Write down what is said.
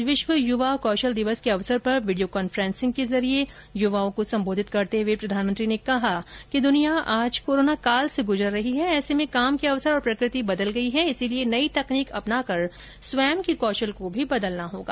आज विश्व यूवा कौशल दिवस के अवसर पर वीडियो कॉन्फ्रेंसिंग के जरिये युवाओं को संबोधित करेत हुए प्रधानमंत्री ने कहा कि दुनिया आज कोरोना काल से गुजर रही है ऐसे में काम के अवसर और प्रकृति बदल गई है इसलिए नई तकनीक अपनाकर स्वयं के कौशल को भी बदलना होगा